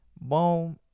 Boom